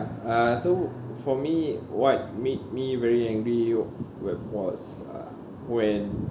uh so for me what made me very angry y~ w~ was uh when